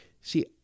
see